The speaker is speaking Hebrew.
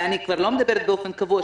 אני כבר לא מדברת באופן קבוע,